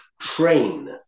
train